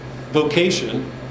vocation